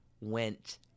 went